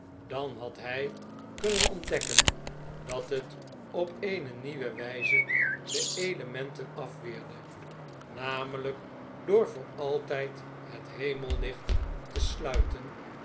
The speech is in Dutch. dan had hij kunnen ontdekken dat het op eene nieuwe wijze de elementen afweerde namelyk door voor altyd het hemellicht te sluiten